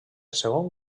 segon